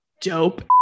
dope